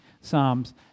psalms